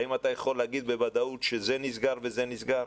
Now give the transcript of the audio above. האם אתה יכול להגיד בוודאות שזה נסגר וזה נסגר?